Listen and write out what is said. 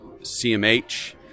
CMH